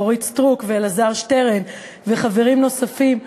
אורית סטרוק וחברים נוספים,